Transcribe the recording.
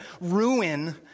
ruin